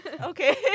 Okay